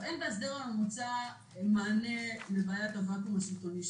אין בהסדר המוצע מענה לבעיית הוואקום השלטוני שנוצר.